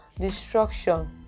destruction